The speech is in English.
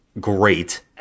great